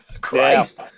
Christ